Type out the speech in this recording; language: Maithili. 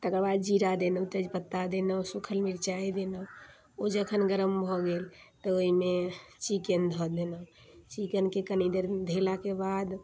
तकर बाद जीरा देलहुँ तेज पत्ता देलहुँ सूखल मिरचाइ देलहुँ ओ जखन गरम भऽ गेल तऽ ओइमे चिकेन धऽ देलहुँ चिकेनके कनी देर धेलाके बाद